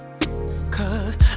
Cause